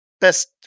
best